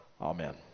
Amen